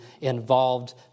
involved